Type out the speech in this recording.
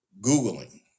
Googling